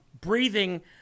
breathing